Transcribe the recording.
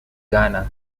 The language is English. ghana